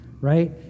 right